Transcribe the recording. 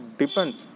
depends